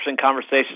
conversation